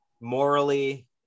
morally